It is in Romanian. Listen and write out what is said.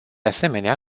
asemenea